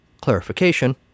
clarification